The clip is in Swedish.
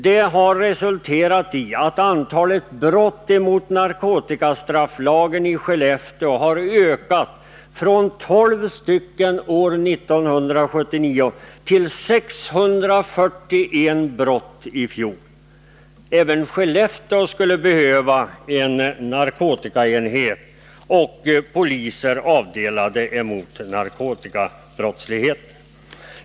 Det har resulterat i att det registrerade antalet brott enligt narkotikastrafflagen har ökat från 12 år 1979 till 641 i fjol. Även Skellefteå skulle alltså behöva en narkotikaenhet och poliser avdelade för arbetet med narkotikabrottsligheten.